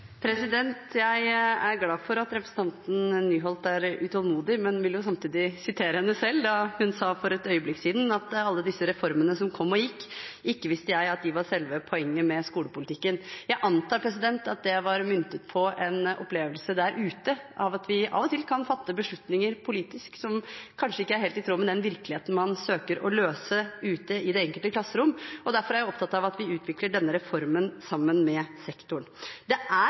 representanten Nyholt er utålmodig, men vil samtidig sitere henne selv, da hun for et øyeblikk siden sa: «Alle disse reformene som kom og gikk, ikke visste jeg at det var selve poenget med skolepolitikken.» Jeg antar at det var myntet på en opplevelse der ute av at vi av og til kan fatte politiske beslutninger som kanskje ikke er helt i tråd med den virkeligheten man søker å løse ute i det enkelte klasserom. Derfor er jeg opptatt av at vi utvikler denne reformen sammen med sektoren. Det er